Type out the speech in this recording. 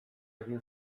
egin